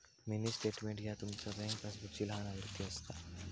mini statement ह्या तुमचा bank पासबुकची लहान आवृत्ती असता